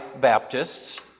Baptists